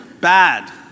Bad